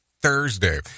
Thursday